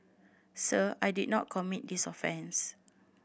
sir I did not commit this offence